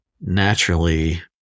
naturally